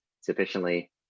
sufficiently